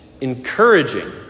encouraging